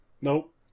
Nope